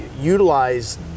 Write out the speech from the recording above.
utilize